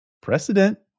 precedent